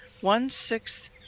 one-sixth